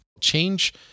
Change